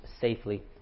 safely